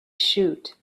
shoot